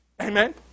Amen